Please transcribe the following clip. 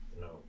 No